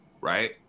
right